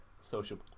Social